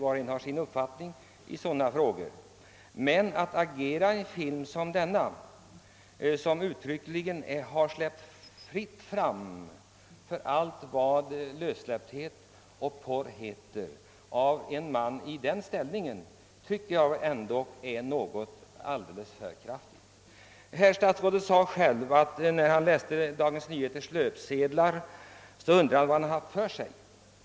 Men att en man i statsrådet Palmes ställning agerar i en film som släpper fritt fram allt vad lössläppthet och porr heter tycker jag är i högsta grad anmärkningsvärt. Statsrådet sade själv att när han läste Dagens Nyheters löpsedlar undrade han vad han hade haft för sig.